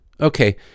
Okay